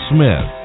Smith